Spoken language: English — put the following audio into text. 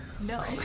No